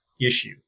issue